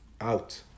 out